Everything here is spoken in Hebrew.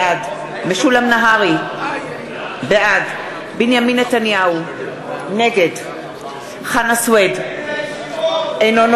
בעד מרב מיכאלי, בעד עמרם מצנע, אינו נוכח